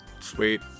Sweet